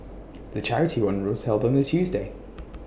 the charity run was held on A Tuesday